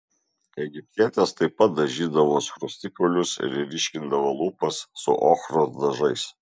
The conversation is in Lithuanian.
egiptietės taip pat dažydavo skruostikaulius ir ryškindavo lūpas su ochros dažais